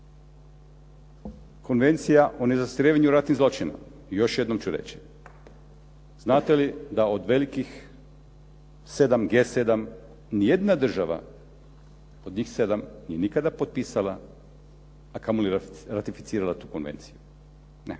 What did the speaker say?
Konvencija o nezastarijevanju ratnih zločina, još jednom ću reći, znate li da od velikih 7, G7 ni jedna država od njih 7 nije nikada potpisala, a kamo li ratificirala tu konvenciju. Ne.